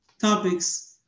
topics